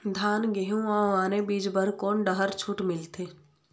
धान गेहूं अऊ आने बीज बर कोन डहर छूट मिलथे?